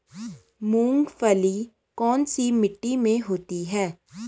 मूंगफली कौन सी मिट्टी में होती है?